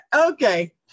Okay